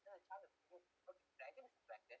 then the child will dragon is dragon